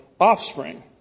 offspring